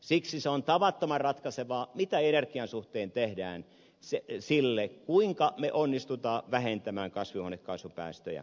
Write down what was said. siksi se on tavattoman ratkaisevaa mitä energian suhteen tehdään sille kuinka me onnistumme vähentämään kasvihuonekaasupäästöjä